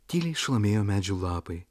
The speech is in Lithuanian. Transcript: tyliai šlamėjo medžių lapai